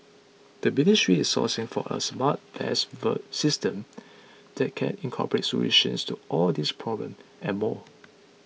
the ministry is sourcing for a smart vest word system that can incorporate solutions to all these problems and more